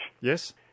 Yes